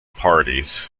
parties